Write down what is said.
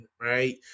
Right